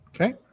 Okay